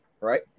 right